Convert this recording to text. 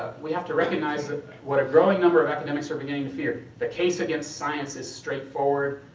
we have to recognize ah what a growing number of academics are beginning to fear. the case against science is straightforward,